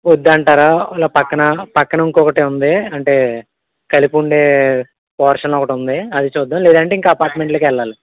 వద్దు అంటారా ఇలా పక్కన పక్కన ఇంకొకటి ఉంది అంటే కలిసి ఉండే పోర్షన్ ఒకటి ఉంది అది చూద్దాం లేదంటే ఇంక అపార్ట్మెంట్లకు వెళ్ళాలి